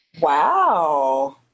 Wow